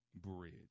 bridge